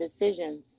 decisions